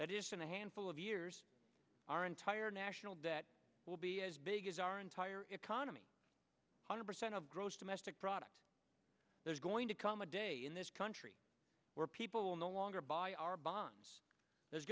that is in a handful of years our entire national debt will be as big as our entire economy hundred percent of gross domestic product there's going to come a day in this country where people will no longer buy our bonds there's